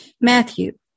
Matthew